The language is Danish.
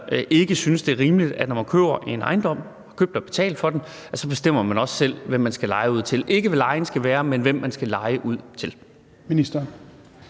ikke synes, at det er rimeligt, når man køber ejendom og har købt og betalt for den, at så bestemmer man også selv, hvem man skal leje den ud til – ikke hvad lejen skal være, men hvem man skal leje den ud til.